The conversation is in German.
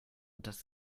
dass